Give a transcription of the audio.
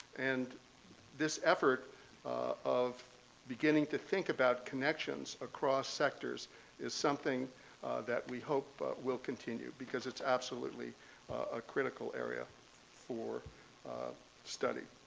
and this effort of beginning to think about connections across sectors is something that we hope but will continue because it's absolutely a critical area for study.